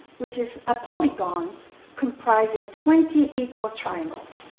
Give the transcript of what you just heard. which is a polygon comprising twenty equal triangles.